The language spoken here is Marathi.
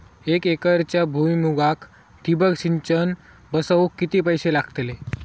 एक एकरच्या भुईमुगाक ठिबक सिंचन बसवूक किती पैशे लागतले?